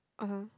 (uh huh)